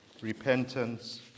repentance